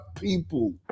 people